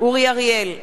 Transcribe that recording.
אורי אריאל,